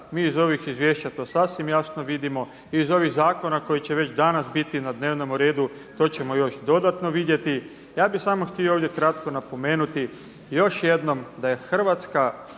Mi iz ovih izvješća to sasvim jasno vidimo i iz ovih zakona koji će već danas biti na dnevnome redu to ćemo još dodatno vidjeti. Ja bih samo htio ovdje kratko napomenuti još jednom da je hrvatska